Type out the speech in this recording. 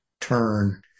turn